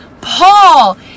Paul